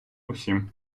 усім